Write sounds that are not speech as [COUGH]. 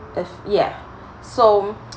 if yeah so mm [NOISE]